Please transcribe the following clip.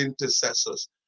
intercessors